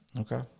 Okay